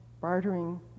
bartering